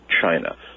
China